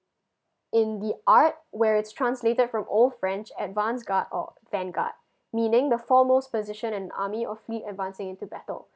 in the art where it's translated from old french advance guard or vanguard meaning the foremost position an army of pre advancing into battle